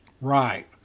Right